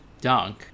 Dunk